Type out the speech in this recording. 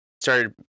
started